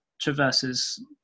traverses